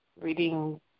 reading